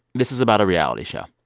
this is about a reality show